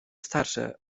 starsze